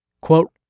Quote